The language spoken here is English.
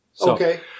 okay